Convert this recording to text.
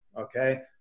Okay